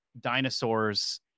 dinosaurs